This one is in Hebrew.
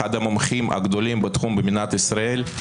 אחד המומחים הגדולים בתחום במדינת ישראל,